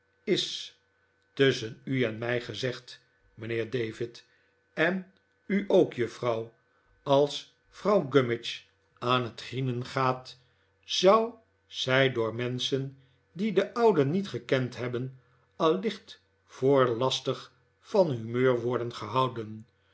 is tusschen u en mij gezegd mijnheer david en u ook juffrouw als vrouw gummidge aan het grienen gaat ion zij door menschen die den ouden niet gekend hebben allicht voor lastig van humeur worden gehouden